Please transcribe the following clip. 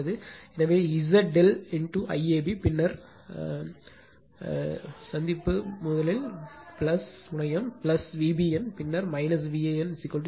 எனவே Z ∆ IAB பின்னர் சந்திப்பு முதலில் முனையம் V bn பின்னர் Van 0